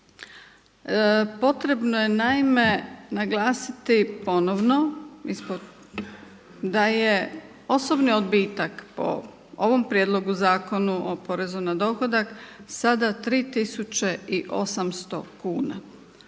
potrebno je naime naglasiti ponovno da je osobni odbitak po ovom prijedlogu Zakona o porezu na dohodak sada 3.800 kuna